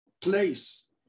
place